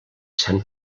sant